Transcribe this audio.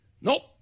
Nope